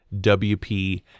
WP